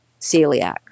celiac